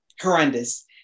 horrendous